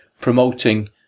promoting